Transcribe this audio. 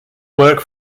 work